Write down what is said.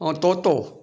ऐं तोतो